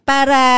Para